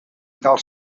del